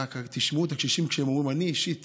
תשמעו את הקשישים כשהם אומרים, אני אישית